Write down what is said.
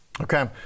okay